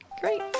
Great